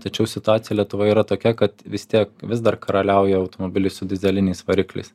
tačiau situacija lietuvoje yra tokia kad vis tiek vis dar karaliauja automobiliai su dyzeliniais varikliais